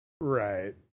Right